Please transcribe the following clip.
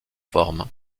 formes